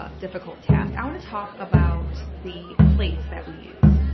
ah difficult task. i want to talk about the plates that we use.